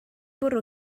bwrw